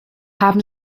haben